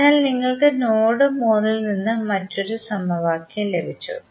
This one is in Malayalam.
അതിനാൽ നിങ്ങൾക്ക് നോഡ് 3 ൽ നിന്ന് മറ്റൊരു സമവാക്യം ലഭിച്ചു